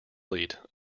fleet